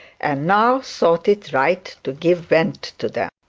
and now thought it right to give vent to them.